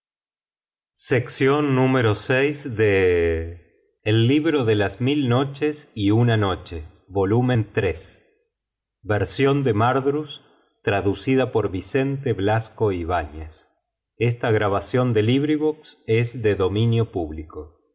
el libro de las mil noches y una noche traducción directa y literal del árabe por